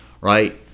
right